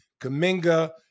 Kaminga